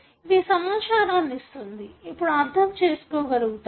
ఇది సమాచారాన్ని ఇస్తుంది ఇప్పుడు అర్థం చేసుకోగలుగుతాము